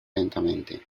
lentamente